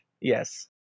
Yes